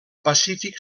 pacífic